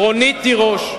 רונית תירוש.